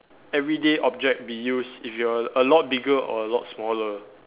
everyday object be used if you were a lot bigger or a lot smaller